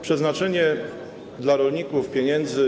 Przeznaczenie dla rolników pieniędzy.